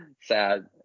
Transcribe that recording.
sad